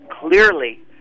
clearly